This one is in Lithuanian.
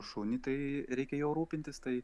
šunį tai reikia juo rūpintis tai